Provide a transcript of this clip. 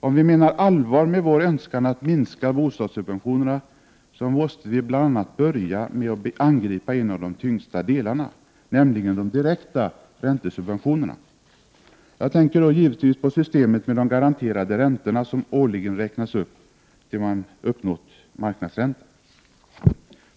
Om vi menar allvar med vår önskan att minska bostadssubventionerna, måste vi bl.a. börja med att angripa en av de tyngsta delarna, nämligen de direkta räntesubventionerna. Jag tänker då givetvis på systemet med de garanterade räntorna som årligen räknas upp tills man uppnått marknadsräntan.